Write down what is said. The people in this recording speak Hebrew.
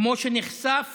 כמו שנחשף